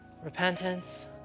Repentance